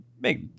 make